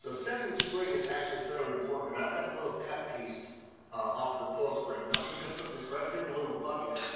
setting the spring is actually fairly important and i've got the little cut piece off of the coil spring and i'm just going to put this right here in the little bucket